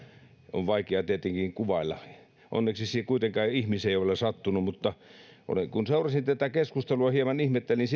on vaikea tietenkin kuvailla onneksi se kuitenkaan ihmiseen ei ole vielä sattunut kun seurasin tätä keskustelua hieman ihmettelin